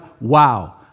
wow